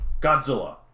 Godzilla